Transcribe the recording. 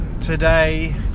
today